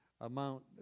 amount